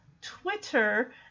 Twitter